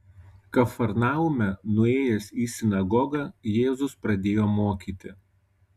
kafarnaume nuėjęs į sinagogą jėzus pradėjo mokyti